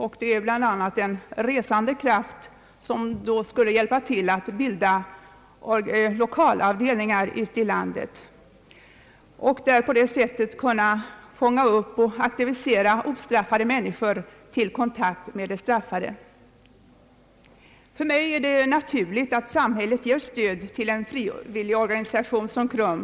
Det behövs bl.a. en resande kraft som skulle hjälpa till att bilda lokalavdelningar ute i landet och som skulle kunna aktivera ostraffade människor till kontakt med straffade. För mig är det naturligt att samhället ger stöd till en frivilligorganisation som KRUM.